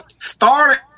started